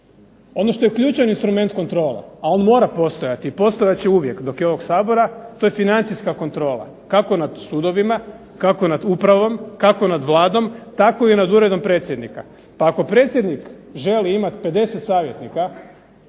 Ono što je ključni instrument kontrole, a on mora postojati i postojat će uvijek, dok je ovog sabora, to je financijska kontrola, kako nad sudovima, kako nad upravom, kako nad Vladom, tako i nad Uredom predsjednika. Pa ako predsjednik želi imati 50 savjetnika,